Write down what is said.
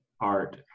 Art